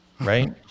right